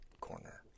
corner